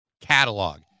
catalog